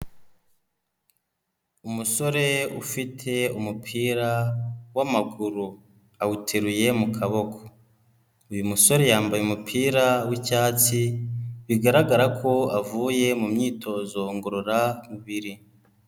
Umusore ufite umupira w'amaguru. Awuteruye mu kaboko. Uyu musore yambaye umupira w'icyatsi bigaragara ko avuye mu myitozo ngororamubiri.